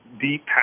deep